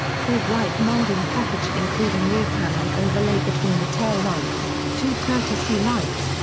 full bright molding package including rear panel overlay between the tail lights, two courtesy lights,